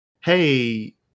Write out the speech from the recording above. Hey